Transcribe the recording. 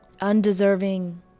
undeserving